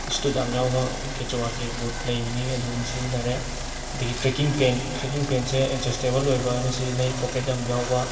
stud ꯌꯥꯝ ꯌꯥꯎꯕ ꯀꯦꯆꯋꯥꯒꯤ ꯕꯨꯠ ꯂꯩꯕꯅꯤ ꯑꯗꯨ ꯑꯃ ꯁꯤꯖꯤꯟꯅꯔꯦ ꯑꯗꯒꯤ ꯇ꯭ꯔꯦꯛꯀꯤꯡ ꯄꯦꯟꯠ ꯇ꯭ꯔꯦꯛꯀꯤꯡ ꯄꯦꯟꯠꯁꯦ ꯑꯦꯠꯖꯁꯇꯦꯕꯜ ꯑꯣꯏꯕ ꯑꯃ ꯁꯤꯖꯤꯟꯅꯩ ꯄꯣꯀꯦꯠ ꯌꯥꯝ ꯌꯥꯎꯕ